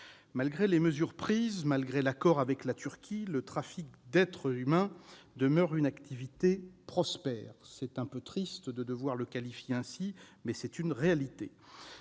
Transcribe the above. Malgré les mesures prises, malgré l'accord avec la Turquie, le trafic d'êtres humains demeure une activité prospère- c'est un peu triste de devoir la qualifier ainsi, mais c'est une réalité